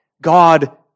God